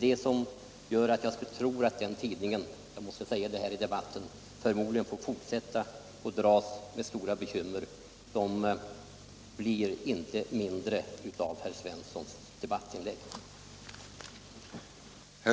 Jag tror därför att den tidningen — jag måste säga det här i debatten — får fortsätta att dras med stora bekymmer. De blir inte mindre av herr Svenssons debattinlägg.